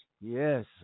Yes